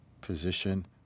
position